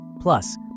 Plus